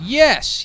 yes